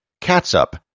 catsup